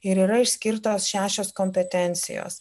ir yra išskirtos šešios kompetencijos